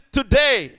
today